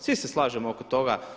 Svi se slažemo oko toga.